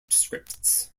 scripts